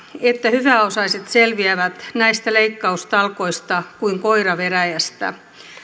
että hyväosaiset selviävät näistä leikkaustalkoista kuin koira veräjästä